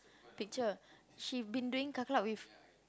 picture she been doing car club with